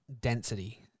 density